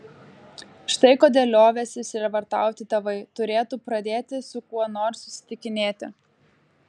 štai kodėl liovęsi sielvartauti tėvai turėtų pradėti su kuo nors susitikinėti